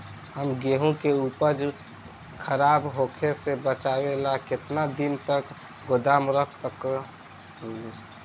हम गेहूं के उपज खराब होखे से बचाव ला केतना दिन तक गोदाम रख सकी ला?